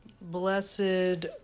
blessed